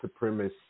supremacist